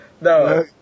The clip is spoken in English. no